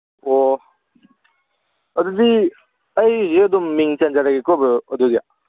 ꯑꯣ ꯑꯗꯨꯗꯤ ꯑꯩꯁꯦ ꯑꯗꯨꯝ ꯃꯤꯡ ꯆꯟꯖꯟꯂꯒꯦꯀꯣ ꯕ꯭ꯔꯗꯔ ꯑꯗꯨꯗꯤ